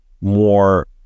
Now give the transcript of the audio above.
more